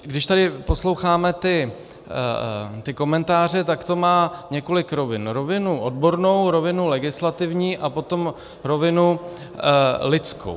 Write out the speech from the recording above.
Když tady posloucháme ty komentáře, tak to má několik rovin rovinu odbornou, rovinu legislativní a potom rovinu lidskou.